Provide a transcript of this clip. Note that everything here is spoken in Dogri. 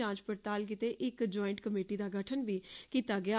जांच पड़ताल लेई इक लायंट कमेटी दा गठन बी कीता गेआ